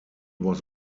was